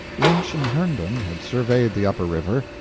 lynch and herndon had surveyed the upper river,